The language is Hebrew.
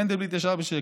מנדלבליט ישן בשקט.